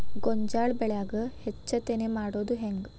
ಗೋಂಜಾಳ ಬೆಳ್ಯಾಗ ಹೆಚ್ಚತೆನೆ ಮಾಡುದ ಹೆಂಗ್?